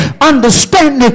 understanding